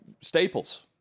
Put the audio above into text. Staples